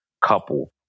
couple